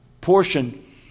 portion